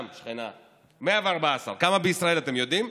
גם שכנה 114, כמה בישראל, אתם יודעים?